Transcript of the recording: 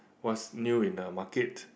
what's new in the market